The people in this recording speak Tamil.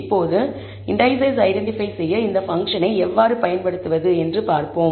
இப்போது இண்டீசெஸ் ஐடென்டிபை செய்ய இந்த பங்க்ஷனை எவ்வாறு பயன்படுத்துவது என்று பார்ப்போம்